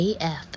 AF